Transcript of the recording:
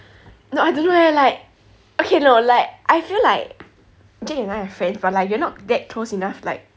no I don't know eh like okay no like I feel like jake and I are friends but like we are not that close enough like